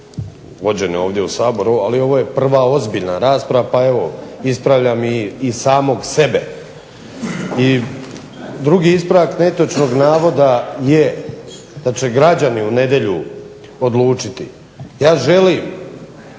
vođene ovdje u Saboru, ali ovo je prva ozbiljna rasprava pa evo ispravljam i samog sebe. I drugi ispravak netočnog navoda je da će građani u nedjelju odlučiti. Ja želim